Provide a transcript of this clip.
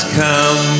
come